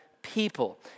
People